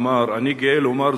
אמר: אני גאה לומר,